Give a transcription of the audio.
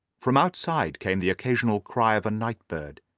from outside came the occasional cry of a night-bird,